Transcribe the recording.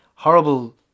Horrible